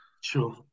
sure